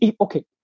Okay